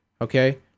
Okay